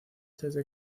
desde